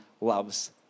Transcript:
loves